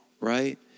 right